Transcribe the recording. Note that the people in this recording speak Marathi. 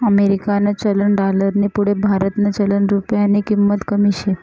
अमेरिकानं चलन डालरनी पुढे भारतनं चलन रुप्यानी किंमत कमी शे